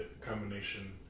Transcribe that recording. combination